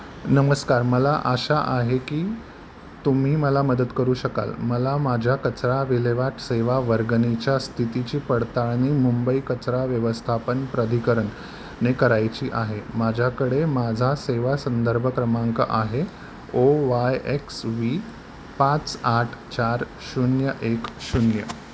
नमस्कार मला आशा आहे की तुम्ही मला मदत करू शकाल मला माझ्या कचरा विल्हेवाट सेवा वर्गणीच्या स्थितीची पडताळणी मुंबई कचरा व्यवस्थापन प्राधिकरणने करायची आहे माझ्याकडे माझा सेवा संदर्भ क्रमांक आहे ओ वाय एक्स वी पाच आठ चार शून्य एक शून्य